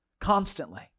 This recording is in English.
Constantly